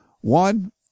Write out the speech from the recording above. One